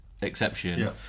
exception